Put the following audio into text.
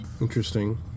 Interesting